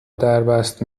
دربست